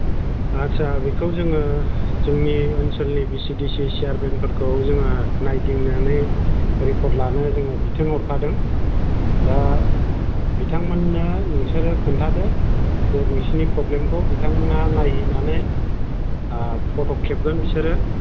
आटसा बेखौ जोङो जोंनि ओनसोलनि भिसिडिसि चियारमेनफोरखो जोङो नायदिंनानै रिपर्ट लाबोनो जों बिथोन हरखादों दा बिथांमोननो नोंसोरो खोन्थादो नोंसिनि प्रब्लेमखौ बिथांमोनहा नायहैनानै आ फट' खेबगोन बिसोरो